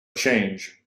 change